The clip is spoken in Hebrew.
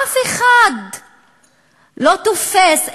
אף אחד לא תופס,